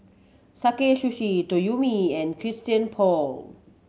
Sakae Sushi Toyomi and Christian Paul